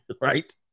right